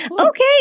Okay